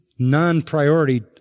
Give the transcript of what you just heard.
Non-priority